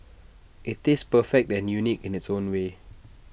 IT tastes perfect and unique in its own way